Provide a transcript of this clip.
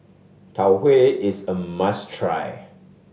Tau Huay is a must try